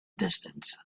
distance